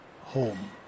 home